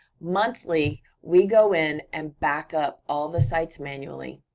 monthly, we go in and backup all the sites manually,